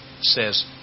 says